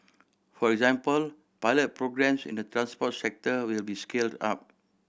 for example pilot programmes in the transport sector will be scaled up